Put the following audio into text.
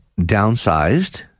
downsized